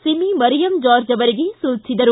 Simi Mariam George ಅವರಿಗೆ ಸೂಚಿಸಿದರು